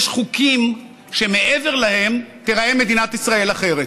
יש חוקים שמעבר להם תיראה מדינת ישראל אחרת.